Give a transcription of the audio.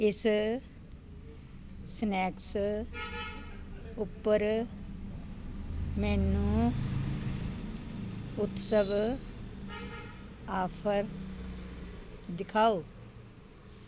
ਇਸ ਸਨੈਕਸ ਉੱਪਰ ਮੈਨੂੰ ਉਤਸਵ ਆਫ਼ਰ ਦਿਖਾਓ